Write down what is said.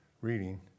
reading